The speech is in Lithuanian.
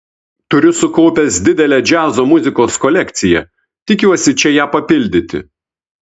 turiu sukaupęs didelę džiazo muzikos kolekciją tikiuosi čia ją papildyti